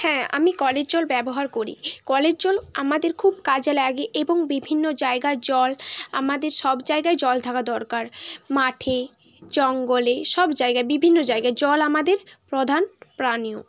হ্যাঁ আমি কলের জল ব্যবহার করি কলের জল আমাদের খুব কাজে লাগে এবং বিভিন্ন জায়গার জল আমাদের সব জায়গায় জল থাকা দরকার মাঠে জঙ্গলে সব জায়গায় বিভিন্ন জায়গায় জল আমাদের প্রধান পানীয়